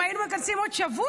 אם היינו מכנסים עוד שבוע,